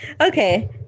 okay